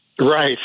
Right